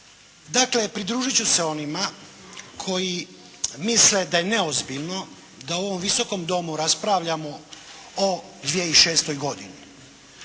Dakle, pridružiti ću se onima koji misle da je neozbiljno da u ovom visokom domu raspravljamo o 2006. godini.